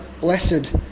blessed